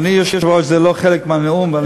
אדוני היושב-ראש, זה לא חלק מהנאום.